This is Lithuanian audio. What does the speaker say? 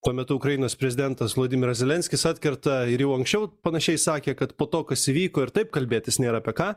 tuo metu ukrainos prezidentas vladimiras zelenskis atkerta ir jau anksčiau panašiai sakė kad po to kas įvyko ir taip kalbėtis nėra apie ką